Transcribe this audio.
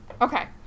okay